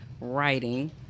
writing